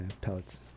pellets